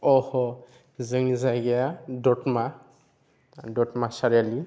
अह' जोंनि जायगाया दतमा दतमा सारियालि